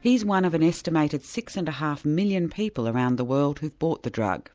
he's one of an estimated six and a half million people around the world who've bought the drug.